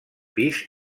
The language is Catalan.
pis